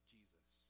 Jesus